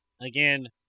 Again